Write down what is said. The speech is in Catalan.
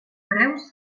preus